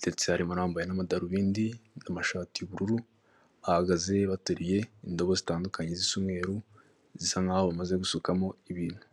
ndetse harimo n'abambaye n'amadarubindi n'amashati y'ubururu, bahagaze bateruye indobo zitandukanye zisa umweru, zisa nk'aho bamaze gusukamo ibintu.